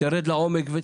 תרד לעומק.